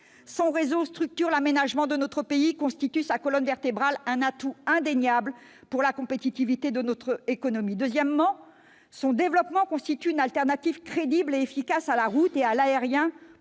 son réseau structure l'aménagement de notre pays et constitue sa colonne vertébrale, un atout indéniable pour la compétitivité de notre économie. Deuxièmement, son développement constitue une alternative crédible et efficace à la route et à l'aérien